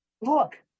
Look